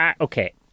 okay